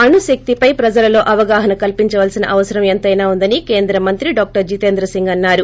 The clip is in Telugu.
అణుశక్తిపై ప్రజలలో అవగాహన కల్పించాల్సిన అవసరం ఎంత్రెనా ఉందని కేంద్ర మంత్రి డాక్లర్ జితేంద్ర సింగ్ అన్నారు